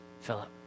Philip